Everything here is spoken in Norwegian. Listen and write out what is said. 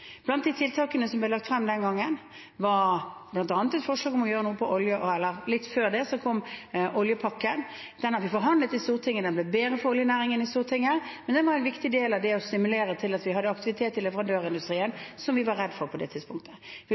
Blant tiltakene som ble lagt frem den gangen, var oljepakken, som kom litt før. Den hadde vi forhandlet i Stortinget, og den ble bedre for oljenæringen i Stortinget, og den var en viktig del av det å stimulere til at vi hadde aktivitet i leverandørindustrien, som vi var redde for på det tidspunktet. Vi